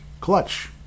clutch